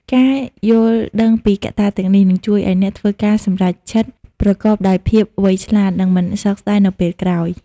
ការយល់ដឹងពីកត្តាទាំងនេះនឹងជួយឲ្យអ្នកធ្វើការសម្រេចចិត្តប្រកបដោយភាពវៃឆ្លាត និងមិនសោកស្តាយនៅពេលក្រោយ។